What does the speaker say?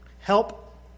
Help